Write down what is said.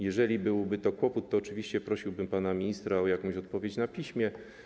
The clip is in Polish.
Jeżeli byłby to kłopot, to oczywiście prosiłbym pana ministra o jakąś odpowiedź na piśmie.